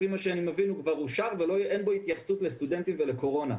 לפי מה שאני מבין הוא כבר אושר ואין בו התייחסות לסטודנטים ולקורונה.